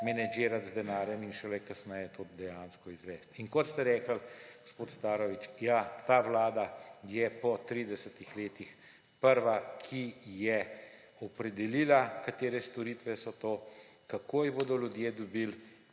menedžirati z denarjem in šele kasneje to dejansko izvesti. In kot ste rekli, gospod Starović, ja, ta vlada je po tridesetih letih prva, ki je opredelila, katere storitve so to, kako jih bodo ljudje dobili,